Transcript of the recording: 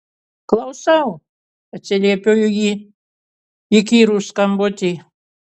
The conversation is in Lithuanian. klausau atsiliepiu į įkyrų skambutį